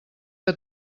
que